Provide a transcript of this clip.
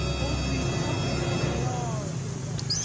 only tell me what they are, hilda.